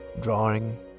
Drawing